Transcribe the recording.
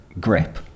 grip